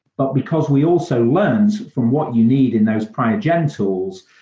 but because we also learned from what you need in those prior gen tools,